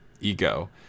ego